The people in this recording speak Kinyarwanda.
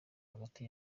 hagati